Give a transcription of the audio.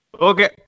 Okay